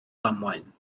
ddamwain